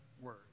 word